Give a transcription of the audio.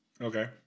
Okay